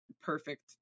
perfect